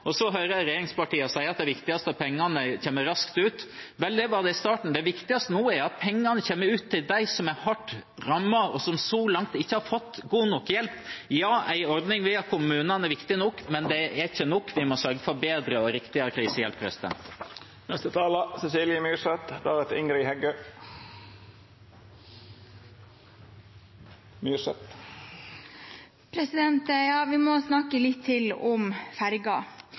Så hører jeg regjeringspartiene si at det viktigste er at pengene kommer raskt ut. Vel, det var det i starten. Det viktigste nå er at pengene kommer ut til dem som er hardt rammet, og som så langt ikke har fått god nok hjelp. Ja, en ordning via kommunene er viktig nok, men det er ikke nok. Vi må sørge for bedre og riktigere krisehjelp.